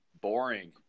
Boring